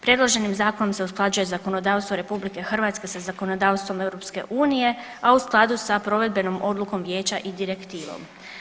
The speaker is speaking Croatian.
Predloženim zakonom se usklađuje zakonodavstvo RH sa zakonodavstvom EU, a u skladu sa provedbenom odlukom Vijeća i direktivom.